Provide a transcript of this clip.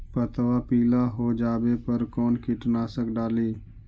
पतबा पिला हो जाबे पर कौन कीटनाशक डाली?